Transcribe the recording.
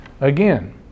Again